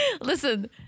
Listen